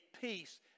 peace